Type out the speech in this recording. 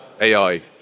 AI